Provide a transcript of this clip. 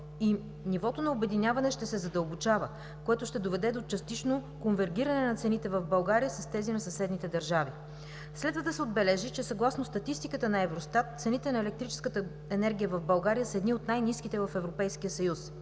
и нивото на обединяване ще се задълбочава, което ще доведе до частично конвергиране на цените в България с тези на съседните държави. Следва да се отбележи, че съгласно статистиката на Евростат цените на електрическата енергия в България са едни от най-ниските в Европейския съюз.